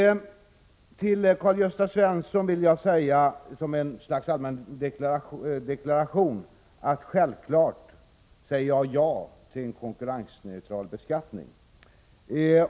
Till Karl-Gösta Svenson vill jag som ett slags allmän deklaration säga att jag självfallet säger ja till en konkurrensneutral beskattning.